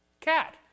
cat